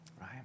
right